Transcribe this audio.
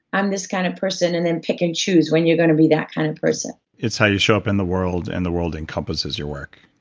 i'm this kind of person, and then pick and choose when you're gonna be that kind of person it's how you show up in the world, and the world encompasses your work,